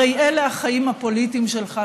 הרי אלה החיים הפוליטיים שלך.